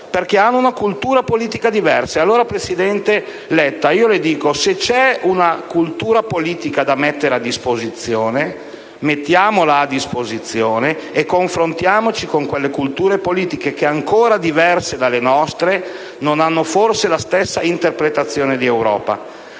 perché hanno una cultura politica diversa. Allora, presidente Letta, se c'è una cultura politica da mettere a disposizione, mettiamola a disposizione e confrontiamoci con quelle culture politiche che, ancora diverse dalla nostra, non hanno forse la stessa interpretazione di Europa.